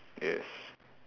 yes